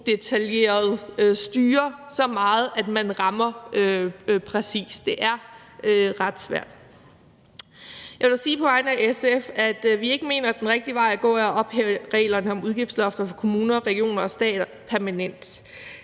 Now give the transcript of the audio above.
mikrodetaljeret styre så meget, at man rammer præcist. Det er ret svært. Jeg vil på vegne af SF sige, at vi ikke mener, det er den rigtige vej at gå at ophæve reglerne for udgiftslofter for kommuner, regioner og staten permanent.